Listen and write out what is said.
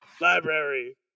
library